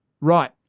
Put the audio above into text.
right